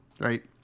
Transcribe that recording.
right